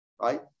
right